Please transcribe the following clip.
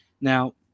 now